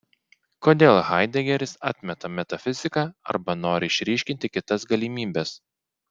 kodėl haidegeris atmeta metafiziką arba nori išryškinti kitas galimybes